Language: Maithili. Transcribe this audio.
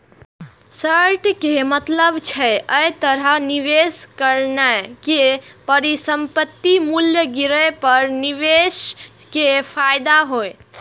शॉर्ट के मतलब छै, अय तरहे निवेश करनाय कि परिसंपत्तिक मूल्य गिरे पर निवेशक कें फायदा होइ